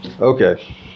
Okay